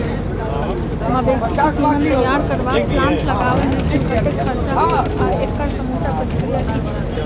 मवेसी केँ सीमन तैयार करबाक प्लांट लगाबै मे कुल कतेक खर्चा हएत आ एकड़ समूचा प्रक्रिया की छैक?